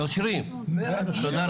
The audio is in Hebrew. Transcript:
רגע.